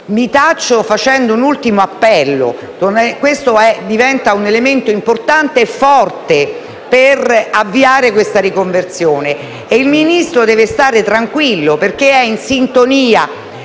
Mi taccio facendo un ultimo appello: questo è un elemento importante e forte per avviare una riconversione; il Ministro deve stare tranquillo perché è in sintonia